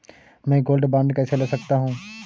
मैं gold bond कैसे ले सकता हूँ?